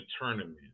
tournament